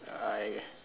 I